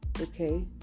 okay